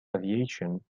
aviation